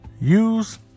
Use